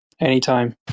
Anytime